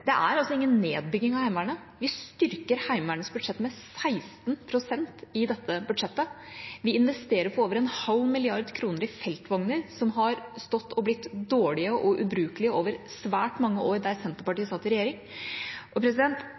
Det er ingen nedbygging av Heimevernet. Vi styrker Heimevernets budsjett med 16 pst. i dette budsjettet. Vi investerer for over en halv milliard kroner i feltvogner, som har stått og blitt dårlige og ubrukelige over svært mange år da Senterpartiet satt i regjering.